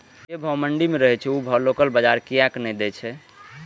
जे भाव मंडी में रहे छै ओ भाव लोकल बजार कीयेक ने दै छै?